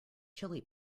chili